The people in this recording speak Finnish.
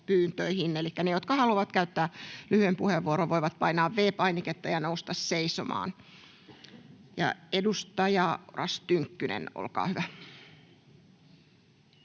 Elikkä ne, jotka haluavat käyttää lyhyen puheenvuoron, voivat painaa V-painiketta ja nousta seisomaan. — Ja edustaja Oras Tynkkynen, olkaa hyvä.